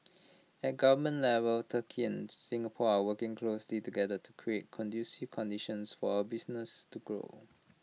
at government level turkey and Singapore are working closely together to create conducive conditions for our businesses to grow